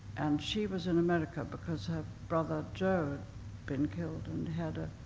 and she was in america, because her brother joe had been killed and had a